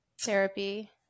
therapy